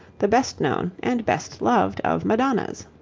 the best known and best loved of madonnas.